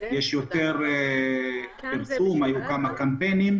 יצאו כמה קמפיינים,